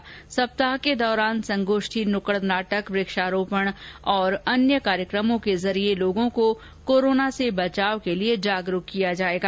जागरुकता सप्ताह के दौरान संगोष्ठी नुक्कड़ नाटक वृक्षारोपण और अन्य कार्यक्रमों के माध्यम से आम लोगों को कोरोना से बचाव के लिए जागरुक किया जायेगा